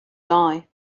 die